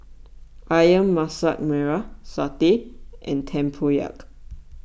Ayam Masak Merah Satay and Tempoyak